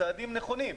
צעדים נכונים,